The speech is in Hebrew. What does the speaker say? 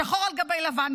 שחור על גבי לבן,